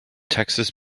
texas